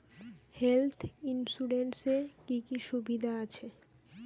Health insurance এ কি কি সুবিধা আছে?